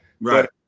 Right